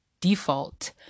default